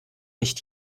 nicht